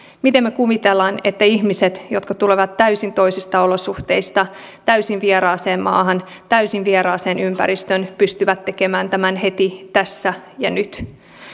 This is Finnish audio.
miten me kuvittelemme että ihmiset jotka tulevat täysin toisista olosuhteista täysin vieraaseen maahan täysin vieraaseen ympäristöön pystyvät tekemään tämän heti tässä ja nyt